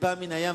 טיפה מן הים,